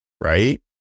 right